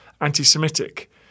anti-Semitic